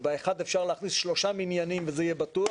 ובאחד אפשר להכניס שלושה מניינים וזה יהיה בטוח,